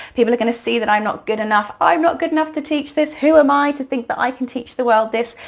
people are gonna see that i'm not good enough. i'm not good enough to teach this, who am i to think that i can teach the world this,